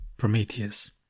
Prometheus